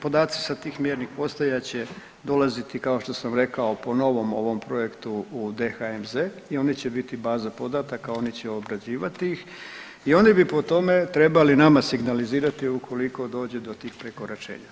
Dakle, podaci sa tih mjernih postaja će dolaziti kao što sam rekao po novom ovom projektu u DHMZ i oni će biti baza podataka, oni će obrađivati ih i oni bi po tome trebali nama signalizirati ukoliko dođe do tih prekoračenja.